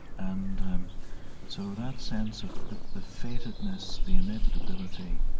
and so that sense of the the fatedness, the inevitability,